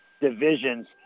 divisions